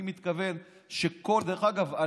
דרך אגב,